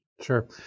Sure